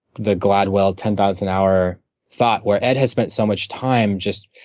the gladwell ten thousand hour thought, where ed has spent so much time just